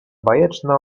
bajeczne